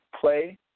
play